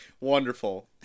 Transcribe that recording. Wonderful